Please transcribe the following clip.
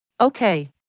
Okay